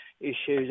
issues